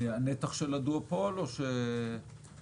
הנתח של הדואופול או שלא?